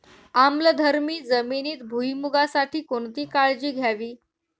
आम्लधर्मी जमिनीत भुईमूगासाठी कोणती काळजी घ्यावी?